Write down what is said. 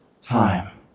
time